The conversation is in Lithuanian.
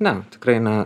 ne tikrai ne